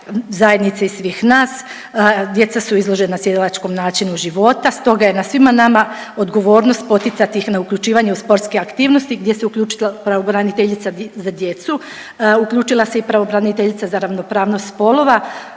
zajednice i svih nas, djeca su izložena sjedalačkom načinu života, stoga je na svima nama odgovornost poticati ih na uključivanje u sportske aktivnosti gdje se uključila pravobraniteljica za djecu, uključila se i pravobraniteljica za ravnopravnost spolova